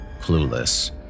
clueless